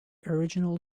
original